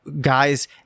guys